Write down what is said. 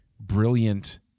brilliant